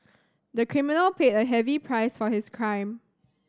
the criminal paid a heavy price for his crime